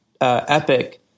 epic